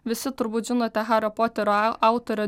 visi turbūt žinote hario poterio a autorę